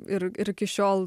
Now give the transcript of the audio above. ir ir iki šiol